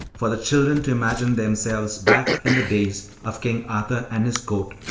for the children to imagine themselves back in the days of king arthur and his court,